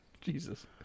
Jesus